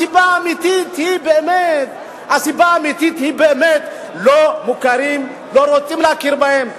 הסיבה האמיתית היא באמת שלא רוצים להכיר בהם.